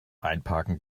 einparken